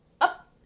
up